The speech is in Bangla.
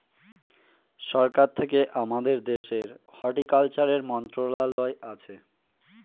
সরকার থেকে আমাদের দেশের হর্টিকালচারের মন্ত্রণালয় আছে